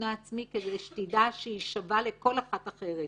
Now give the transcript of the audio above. העצמי כדי שתדע שהיא שווה לכל אחת אחרת.